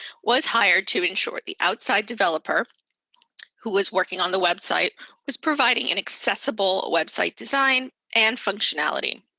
was hired to ensure the outside developer who was working on the website was providing an accessible website design and functionality.